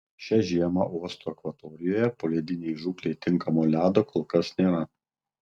šią žiemą uosto akvatorijoje poledinei žūklei tinkamo ledo kol kas nėra